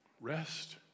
Rest